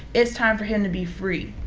it's time for him to be free.